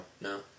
no